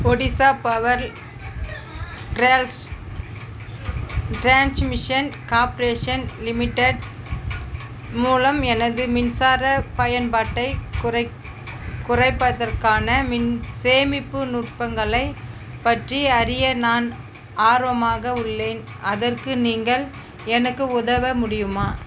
Odisha power trails transmission corporation limited மூலம் எனது மின்சார பயன்பாட்டை குறைக் குறைப்பதற்கான மின் சேமிப்பு நுட்பங்களை பற்றி அறிய நான் ஆர்வமாக உள்ளேன் அதற்கு நீங்கள் எனக்கு உதவ முடியுமா